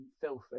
filthy